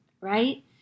right